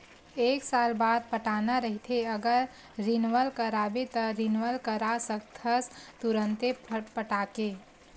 एक साल बाद पटाना रहिथे अगर रिनवल कराबे त रिनवल करा सकथस तुंरते पटाके